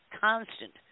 constant